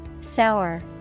Sour